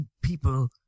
people